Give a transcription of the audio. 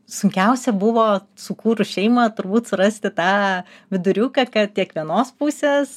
sunkiausia buvo sukūrus šeimą turbūt surasti tą viduriuką kad tiek vienos pusės